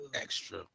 extra